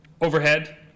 overhead